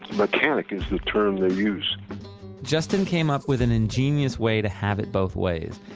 mechanic is the term they use justin came up with an ingenious way to have it both ways,